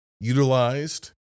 utilized